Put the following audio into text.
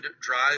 drive